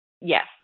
Yes